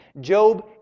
Job